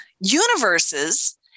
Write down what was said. universes